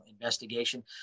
investigation